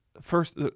first